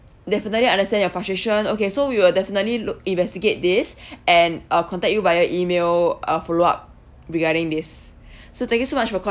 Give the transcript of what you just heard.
definitely understand your frustration okay so we will definitely look investigate this and uh contact you via email uh follow up regarding this so thank you so much for ca~